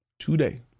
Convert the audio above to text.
today